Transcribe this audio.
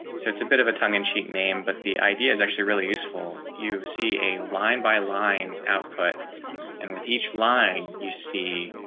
so it's a bit of a tongue in cheek name. but the idea is actually really useful. you see a line by line output and with each line. you see,